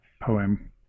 poem